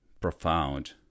profound